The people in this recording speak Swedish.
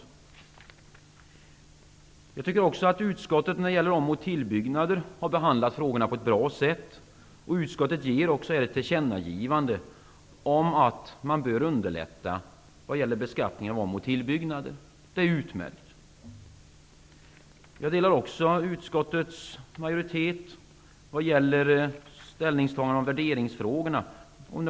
När det gäller om och tillbyggnader anser jag att utskottet behandlar frågorna på ett bra sätt. Utskottet föreslår också ett tillkännagivande om att man bör göra lättnader vad gäller beskattning vid om och tillbyggnad. Det är utmärkt. Jag delar också utskottsmajoritetens ställningstagande vad gäller värderingsfrågorna.